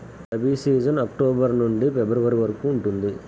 rabi season October నుండి ఫిబ్రవరి వరకు ఉంటుంది